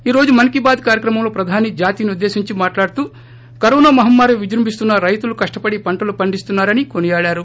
ఈ రోజు మనకీ బాత్ కార్యక్రమంలో ప్రధాని జాతినుద్దేశించి మాట్లాడుతూ కరోనా మహమ్మారి విజృంభిస్తున్నా రైతులు కష్టపడి పంటలు పండిస్తున్నారని కొనియాడారు